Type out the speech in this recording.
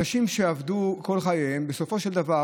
אנשים שעבדו כל חייהם, בסופו של דבר